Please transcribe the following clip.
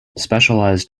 specialized